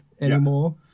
anymore